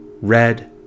Red